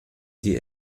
die